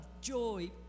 joy